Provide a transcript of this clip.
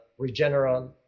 Regeneron